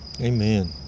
Amen